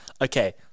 okay –